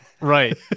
Right